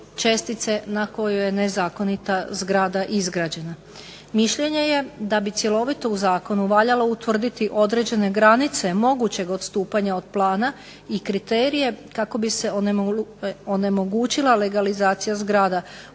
na kojoj je nezakonita zgrada izgrađena. Mišljenje je da bi cjelovito u zakonu valjalo utvrditi određene granice mogućeg odstupanja od plana i kriterije kako bi se onemogućila legalizacija zgrada